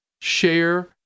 share